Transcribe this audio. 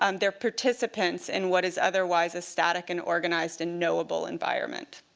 um they're participants in what is otherwise a static and organized and knowable environment.